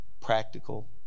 practical